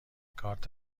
کارت